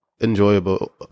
enjoyable